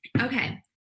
Okay